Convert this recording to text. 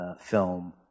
film